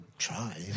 try